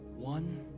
one,